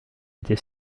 était